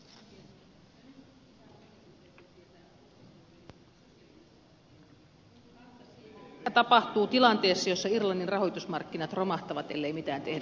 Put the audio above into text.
nyt opposition etenkin sosialidemokraattien pitää kertoa mitä tapahtuu sinä tilanteessa jossa irlannin rahoitusmarkkinat romahtavat ellei mitään tehdä